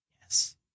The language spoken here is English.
Yes